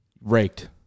Raked